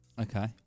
Okay